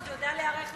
הוא יודע גם להיערך לזה.